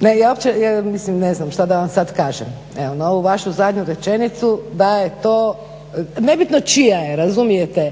evo ja uopće ne znam šta da vam sad kažem, na evo ovu vašu zadnju rečenicu, da je to, nebitno čija je, razumijete.